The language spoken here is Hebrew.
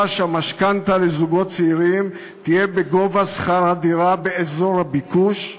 שהמשכנתה לזוגות צעירים תהיה בגובה שכר הדירה באזור הביקוש.